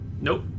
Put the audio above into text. Nope